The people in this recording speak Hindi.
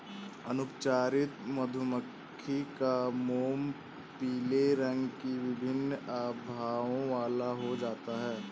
अनुपचारित मधुमक्खी का मोम पीले रंग की विभिन्न आभाओं वाला हो जाता है